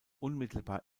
unmittelbar